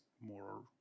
more